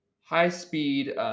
high-speed